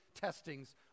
testings